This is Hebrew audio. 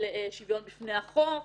של שוויון בפני החוק.